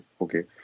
okay